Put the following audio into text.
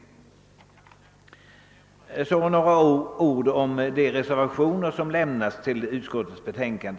Så några ord 'om de reservationer som har fogats vid bevillningsutskottets betänkande.